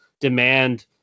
demand